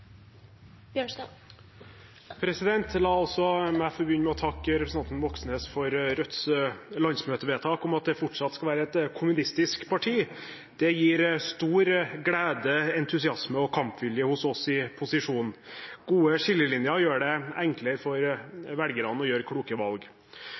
med. La også meg få begynne med å takke representanten Moxnes for Rødts landsmøtevedtak om at det fortsatt skal være et kommunistisk parti. Det gir stor glede, entusiasme og kampvilje hos oss i posisjon. Gode skillelinjer gjør det enklere for velgerne å